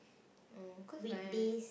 ah cause my